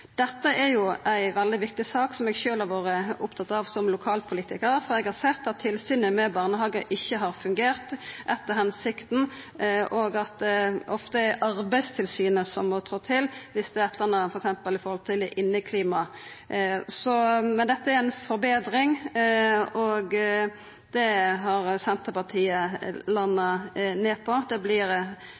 Dette er ei veldig viktig sak, som eg sjølv har vore opptatt av som lokalpolitikar, for eg har sett at tilsynet med barnehagar ikkje har fungert etter hensikta, og at det ofte er Arbeidstilsynet som må trå til viss det er eit eller anna f.eks. med inneklimaet. Dette er ei forbetring. Senterpartiet har landa på at det vert eit noko meir uavhengig tilsyn, og det